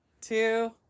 two